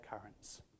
currents